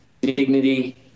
dignity